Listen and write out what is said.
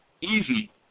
easy